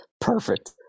Perfect